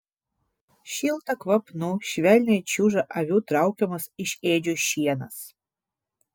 šilta kvapnu švelniai čiuža avių traukiamas iš ėdžių šienas